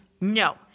No